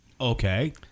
Okay